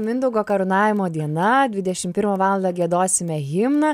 mindaugo karūnavimo diena dvidešim pirmą valandą giedosime himną